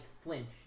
flinch